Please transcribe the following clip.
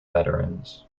veterans